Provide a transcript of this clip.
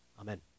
Amen